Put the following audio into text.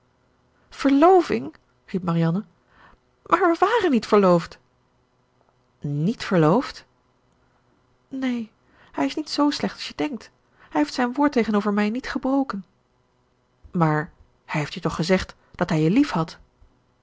verloving riep marianne maar wij waren niet verloofd niet verloofd neen hij is niet z slecht als je denkt hij heeft zijn woord tegenover mij niet gebroken maar hij heeft je toch gezegd dat hij je liefhad